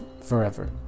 forever